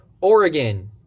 Oregon